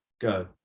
go